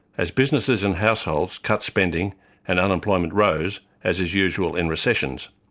as businesses and households cut spending and unemployment rose, as is usual in recessions.